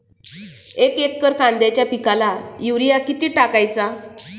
एक एकर कांद्याच्या पिकाला युरिया किती टाकायचा?